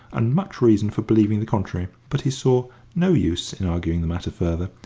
and much reason for believing the contrary, but he saw no use in arguing the matter further,